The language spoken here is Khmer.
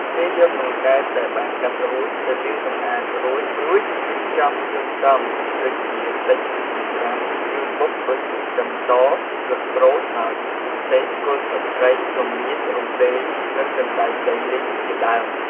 គេយកកង្កែបដែលបានកាត់ហើយ ទៅលាងសម្អាតរួច រួចរៀបចំគ្រឿងផ្សំដូចជាសាច់ជ្រូកចិញ្ច្រាំ គ្រឿងបុកដូចជា ខ្ទឹមស ស្លឹកក្រូចសើច ម្ទេស គល់ស្លឹកគ្រៃ រមៀត រំដេង និងសណ្តែកដីលីងជាដើម ។